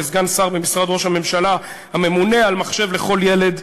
כסגן שר במשרד ראש הממשלה הממונה על "מחשב לכל ילד",